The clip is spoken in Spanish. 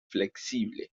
flexible